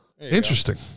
Interesting